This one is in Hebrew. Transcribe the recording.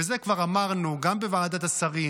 ואת זה כבר אמרנו גם בוועדת השרים,